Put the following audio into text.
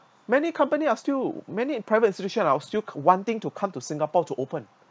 many companies are still many in private institution are still wanting to come to singapore to open